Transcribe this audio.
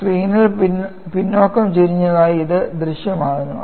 സ്ക്രീനിൽ പിന്നോക്കം ചെരിഞ്ഞതായി ഇത് ദൃശ്യമാകുന്നു